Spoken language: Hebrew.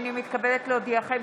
הינני מתכבדת להודיעכם,